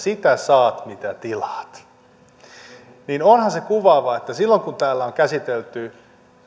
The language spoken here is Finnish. sitä saat mitä tilaat niin onhan se kuvaavaa että kun täällä on käsitelty